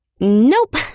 Nope